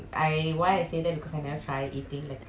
that's why that's the thing